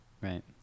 right